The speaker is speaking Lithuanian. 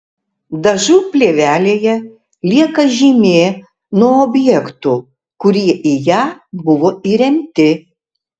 dažų plėvelėje lieka žymė nuo objektų kurie į ją buvo įremti